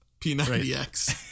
P90X